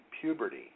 puberty